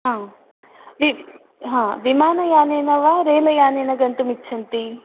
आम् प्लीस् हा विमानयानेन वा रैल् यानेन गन्तुम् इच्छन्ति